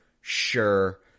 Sure